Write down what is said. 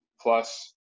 plus